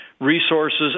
resources